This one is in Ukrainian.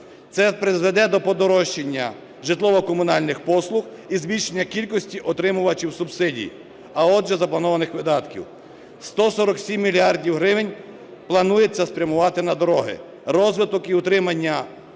Це призведе до подорожчання житлово-комунальних послуг і збільшення кількості отримувачів субсидій, а, отже, запланованих видатків. 147 мільярдів гривень планується спрямувати на дороги. Розвиток і утримання